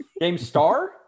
GameStar